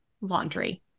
laundry